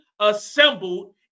assembled